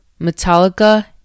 Metallica